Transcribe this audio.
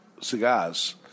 cigars